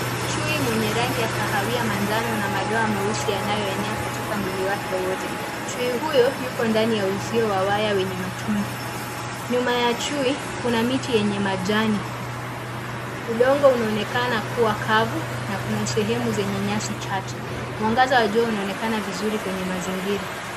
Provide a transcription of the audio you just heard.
Chui mwenye rangi ya kahawia, manjano na madoa meusi yanaenea katika mwili wake wote. Chui huyo yuko ndani ya uzio wa waya wenye matundu. Nyuma ya chui kuna miti yenye majani. Udongo unaonekana kuwa kavu na kuna sehemu zenye nyasi chache. Mwangaza wa jua unaonekana vizuri kwenye mazingira.